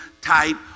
type